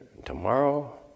tomorrow